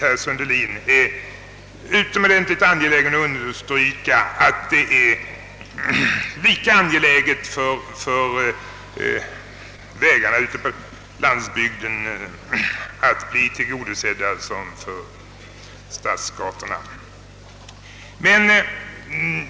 Herr Sundelin vet att jag anser det lika angeläget att vägarna ute på landsbygden blir tillgodosedda som att stockholmsgatorna blir det.